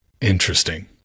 Interesting